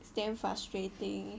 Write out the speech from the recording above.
it's damn frustrating